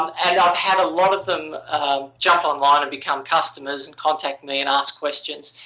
um and i've had a lot of them jump online and become customers and contact me and ask questions.